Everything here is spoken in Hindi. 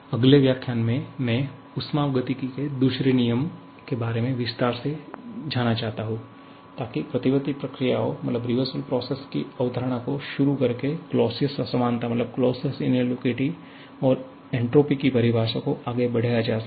अगले व्याख्यान में मैं ऊष्मागतिकी के दूसरे नियम के बारे में विस्तार से जाना चाहता हूं ताकि प्रतिवर्ती प्रक्रियाओं की अवधारणा को शुरू करके क्लॉसियस असमानता और एन्ट्रापी की परिभाषा को आगे बढ़ाया जा सके